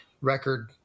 record